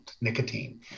nicotine